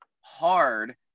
hard